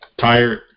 Tired